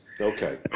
Okay